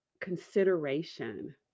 consideration